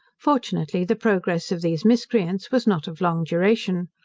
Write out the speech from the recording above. fortunately the progress of these miscreants was not of long duration.